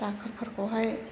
दाखोरफोरखौहाय